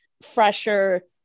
fresher